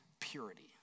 purity